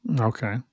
okay